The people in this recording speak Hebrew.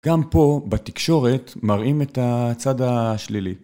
גם פה, בתקשורת, מראים את הצד השלילי.